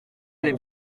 les